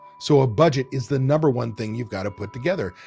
so a budget is the number one thing you've got to put together.